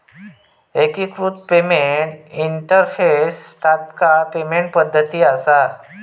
एकिकृत payment interface तात्काळ payment पद्धती असा